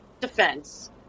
defense